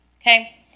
okay